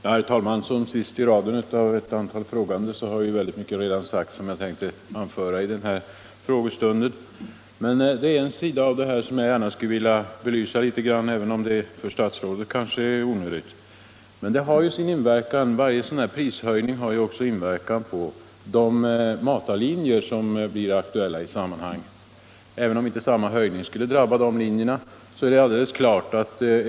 Herr talman! Eftersom jag är sist i raden av ett antal frågande har redan mycket av det jag hade tänkt anföra sagts. Det är en sida av den här saken som jag gärna skulle vilja belysa, även om det kanske är onödigt för statsrådet. Varje prishöjning på linjerna till övre Norrland har inverkan också på förekommande matarlinjer.